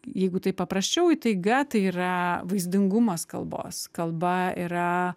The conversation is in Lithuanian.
jeigu taip paprasčiau įtaiga tai yra vaizdingumas kalbos kalba yra